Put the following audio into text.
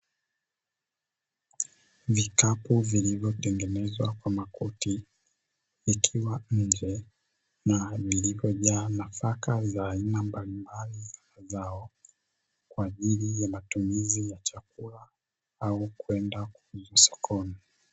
Vikapu vilivyotengenezwa kwa makuti vikiwa nje, vilivyojaa nafakaza aina mbalimbali za mazao kwa ajili ya matumizi ya chakula au kwenda kuuzwa sokoni.